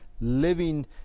living